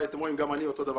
גם אני אותו דבר,